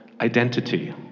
identity